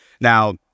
now